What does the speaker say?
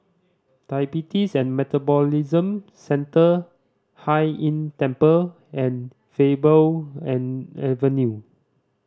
Diabetes and Metabolism Centre Hai Inn Temple and Faber and Avenue